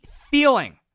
feeling